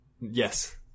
Yes